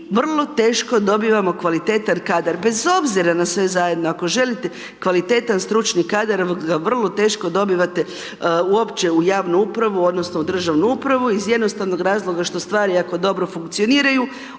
vrlo teško dobivamo kvalitetan kadar, bez obzira na sve zajedno ako želite, kvalitetan stručni kadar vrlo teško dobivate uopće u javnu upravu odnosno u državnu upravu iz jednostavnog razloga što stvari ako dobro funkcioniraju,